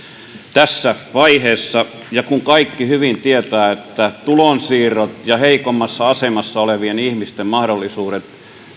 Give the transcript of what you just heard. tässä vaiheessa kaikki hyvin tietävät että tulonsiirrot ja heikommassa asemassa olevien ihmisten mahdollisuudet